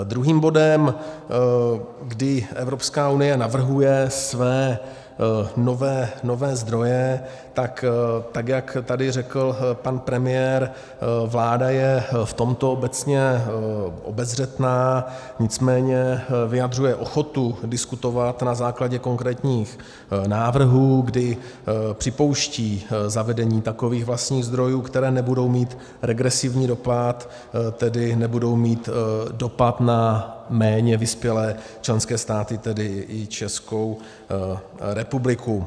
Druhým bodem, kdy Evropská unie navrhuje své nové zdroje, tak jak tady řekl pan premiér, vláda je v tomto obecně obezřetná, nicméně vyjadřuje ochotu diskutovat na základě konkrétních návrhů, kdy připouští zavedení takových vlastních zdrojů, které nebudou mít regresivní dopad, tedy nebudou mít dopad na méně vyspělé členské státy, tedy i Českou republiku.